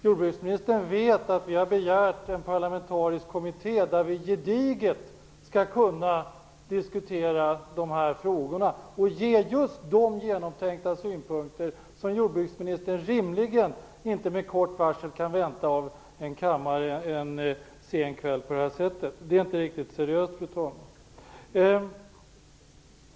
Jordbruksministern vet att vi har begärt en parlamentarisk kommitté där vi gediget skall kunna diskutera dessa frågor och ge just de genomtänkta synpunkter som jordbruksministern rimligen inte med så kort varsel kan vänta sig av en kammare en sen kväll. Det är inte riktigt seriöst, fru talman.